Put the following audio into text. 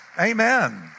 Amen